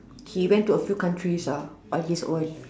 he went to a few countries ah on his own